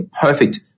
perfect